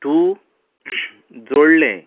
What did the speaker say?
तूं जोडलें